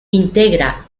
integra